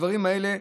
הדברים האלה,